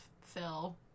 Phil